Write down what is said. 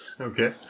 Okay